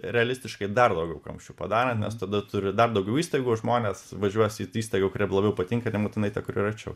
realistiškai dar labiau kamščių padarė nes tada turi dar daugiau įstaigų žmonės važiuos it įstaigą kur jiem labiau patinka nebūtinai ta kuri yra arčiau